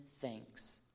thanks